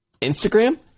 Instagram